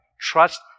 trust